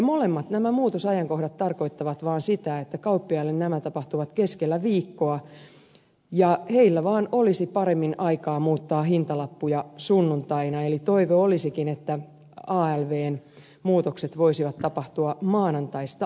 molemmat nämä muutosajankohdat tarkoittavat vaan sitä että kauppiaille nämä tapahtuvat keskellä viikkoa ja heillä vaan olisi paremmin aikaa muuttaa hintalappuja sunnuntaina eli toive olisikin että alvn muutokset voisivat tapahtua maanantaista alkaen